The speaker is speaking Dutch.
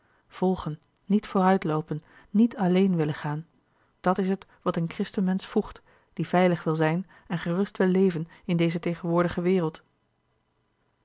volgen niet vooruitloopen niet alleen willen gaan dat is het wat een christenmensch voegt die veilig wil zijn en gerust wil leven in deze tegenwoordige wereld